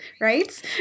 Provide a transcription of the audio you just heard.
right